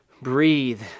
breathe